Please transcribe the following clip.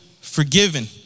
forgiven